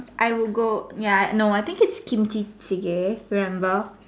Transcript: I would go ya no I think it's Kimchi remember